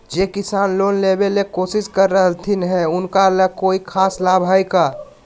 जे किसान लोन लेबे ला कोसिस कर रहलथिन हे उनका ला कोई खास लाभ हइ का?